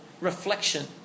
reflection